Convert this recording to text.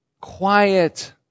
quiet